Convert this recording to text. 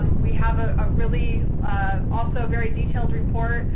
we have a ah really also very detailed report.